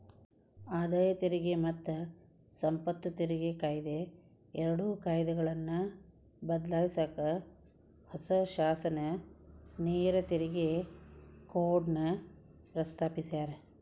ಆದಾಯ ತೆರಿಗೆ ಮತ್ತ ಸಂಪತ್ತು ತೆರಿಗೆ ಕಾಯಿದೆ ಎರಡು ಕಾಯ್ದೆಗಳನ್ನ ಬದ್ಲಾಯ್ಸಕ ಹೊಸ ಶಾಸನ ನೇರ ತೆರಿಗೆ ಕೋಡ್ನ ಪ್ರಸ್ತಾಪಿಸ್ಯಾರ